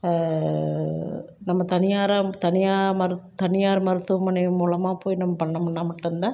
நம்ம தனியாராம் தனியா மருத் தனியார் மருத்துவமனை மூலமாக போய் நம்ம பண்ணோம்னா மட்டும்தான்